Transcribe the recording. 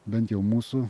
bent jau mūsų